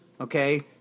okay